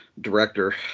director